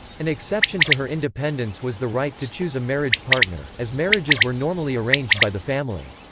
an exception to her independence was the right to choose a marriage partner, as marriages were normally arranged by the family.